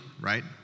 right